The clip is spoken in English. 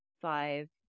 five